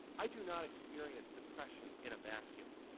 i do not experience depression in a vacuum.